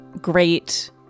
great